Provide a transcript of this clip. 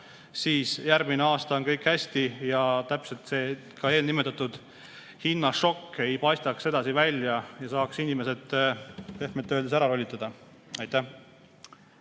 siis on järgmine aasta kõik hästi, ka see eelnimetatud hinnašokk ei paistaks sedasi välja ja saaks inimesed pehmelt öeldes ära lollitada. Aitäh,